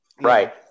Right